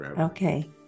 Okay